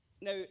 Now